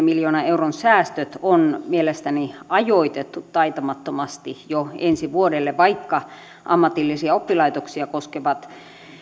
miljoonan euron säästöt on mielestäni ajoitettu taitamattomasti jo ensi vuodelle vaikka ammatillisia oppilaitoksia koskevat